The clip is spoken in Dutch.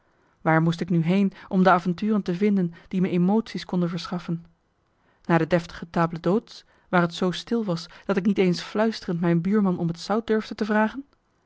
waar moest ik nu heen om de avonturen te vinden die me emotie's konden verschaffen naar de deftige table dhôtes waar t zoo stil was dat ik niet eens fluisterend mijn buurman om het zout durfde vragen